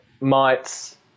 mites